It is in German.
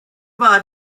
war